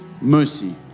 mercy